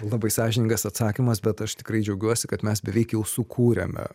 labai sąžiningas atsakymas bet aš tikrai džiaugiuosi kad mes beveik jau sukūrėme